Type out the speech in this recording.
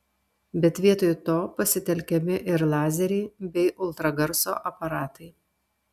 bet vietoj to pasitelkiami ir lazeriai bei ultragarso aparatai